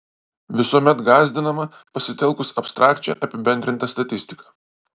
visuomet gąsdinama pasitelkus abstrakčią apibendrintą statistiką